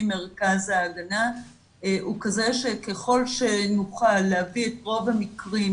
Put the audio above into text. מרכז ההגנה הוא כזה שככל שנוכל להביא את רוב המקרים,